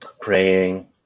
praying